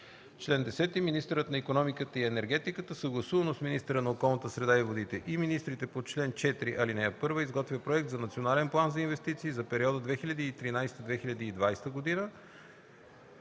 „Чл. 10. Министърът на икономиката и енергетиката съгласувано с министъра на околната среда и водите и министрите по чл. 4, ал. 1 изготвя проект на Национален план за инвестиции за периода 2013-2020 г.